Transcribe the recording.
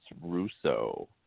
russo